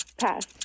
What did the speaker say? Pass